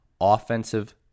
offensive